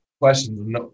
questions